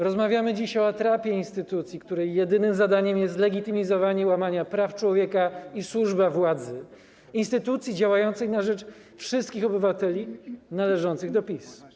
Rozmawiamy dzisiaj o atrapie instytucji, której jedynym zadaniem jest zlegitymizowanie łamania praw człowieka i służba władzy, instytucji działającej na rzecz wszystkich obywateli, należącej do PiS.